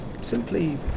simply